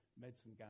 medicine